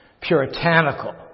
puritanical